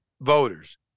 voters